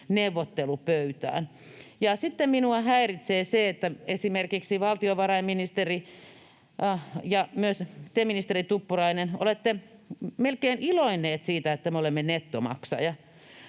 neuvottelupöytään. Sitten minua häiritsee se, että esimerkiksi valtiovarainministeri ja myös te, ministeri Tuppurainen, olette melkein iloinneet siitä, että me olemme nettomaksaja.